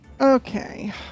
Okay